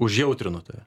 užjautrino tave